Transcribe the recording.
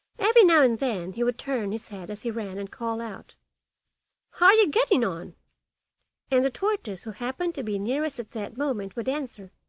every now and then he would turn his head as he ran, and call out how are you getting on and the tortoise who happened to be nearest at that moment would answer